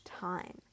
time